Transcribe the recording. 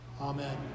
Amen